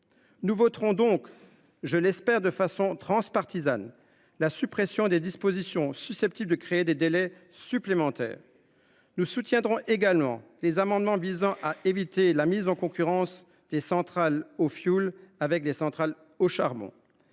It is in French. Nous voterons donc, de manière transpartisane, je l’espère, pour la suppression des dispositions susceptibles d’engendrer des délais supplémentaires. Nous soutiendrons également les amendements visant à éviter la mise en concurrence des centrales au fioul avec les centrales au charbon.